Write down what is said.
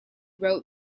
wrote